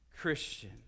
Christian